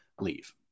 leave